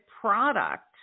product